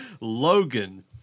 Logan